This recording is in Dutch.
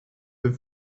een